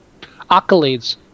accolades